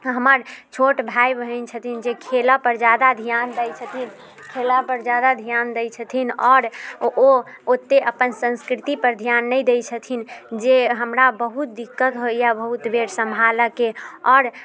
हमर छोट भाय बहिन छथिन जे खेलऽपर जादा ध्यान दै छथिन खेलऽपर जादा ध्यान दै छथिन आओर ओ ओते अपन संस्कृतिपर ध्यान नहि दै छथिन जे हमरा बहुत दिक्कत होइए बहुत बेर सम्हालैके आओर